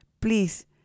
Please